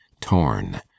torn